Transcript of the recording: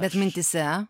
bet mintyse